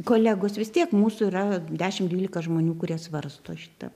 kolegos vis tiek mūsų yra dešim dvylika žmonių kurie svarsto šitą